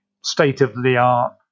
state-of-the-art